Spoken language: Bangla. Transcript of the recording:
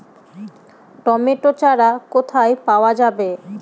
টমেটো চারা কোথায় পাওয়া যাবে?